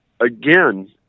again